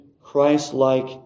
Christ-like